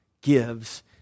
gives